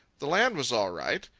the land was all right.